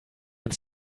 ganz